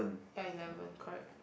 ya eleven correct